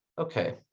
okay